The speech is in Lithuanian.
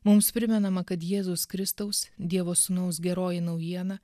mums primenama kad jėzaus kristaus dievo sūnaus geroji naujiena